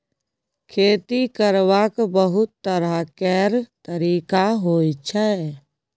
खेती करबाक बहुत तरह केर तरिका होइ छै